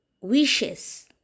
wishes